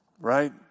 right